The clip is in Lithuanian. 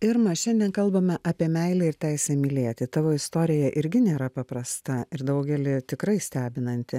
irma šiandien kalbame apie meilę ir teisę mylėti tavo istorija irgi nėra paprasta ir daugelį tikrai stebinanti